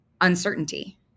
uncertainty